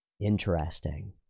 Interesting